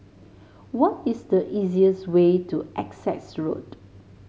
what is the easiest way to Essex Road